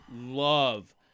love